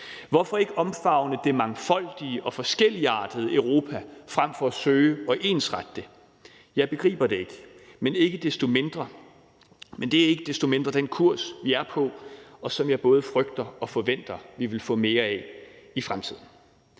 Hvorfor ikke omfavne det mangfoldige og forskelligartede Europa frem for at søge at ensrette det? Jeg begriber det ikke. Men det er ikke desto mindre den kurs, vi er på, og som jeg både frygter og forventer vi vil få mere af i fremtiden.